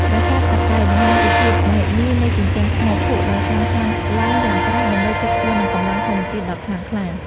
ប្រាសាទតាកែវបង្ហាញពីភាពមហិមានៃជញ្ជាំងថ្មភក់ដែលសាងសង់ឡើងយ៉ាងក្រាស់ដើម្បីទប់ទល់នឹងកម្លាំងធម្មជាតិដ៏ខ្លាំងក្លា។